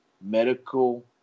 medical